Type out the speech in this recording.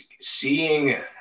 seeing